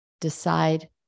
decide